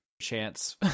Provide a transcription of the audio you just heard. Chance